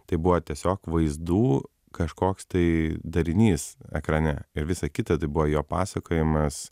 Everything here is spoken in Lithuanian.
tai buvo tiesiog vaizdų kažkoks tai darinys ekrane ir visa kita tai buvo jo pasakojimas